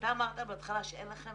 אתה אמרת בהתחלה שאין לכם